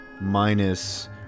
minus